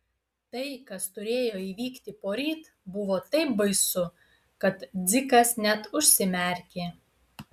tai kas turėjo įvykti poryt buvo taip baisu kad dzikas net užsimerkė